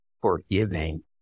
forgiving